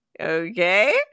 Okay